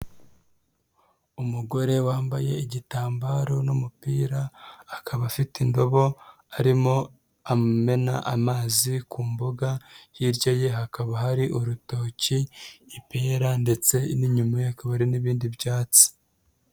Umugore wambaye igitambaro n'umupira, akaba afite indobo, arimo amena amazi ku mboga, hirya ye hakaba hari urutoki, ipera ndetse n'inyuma ye hakaba hari n'ibindi byatsi.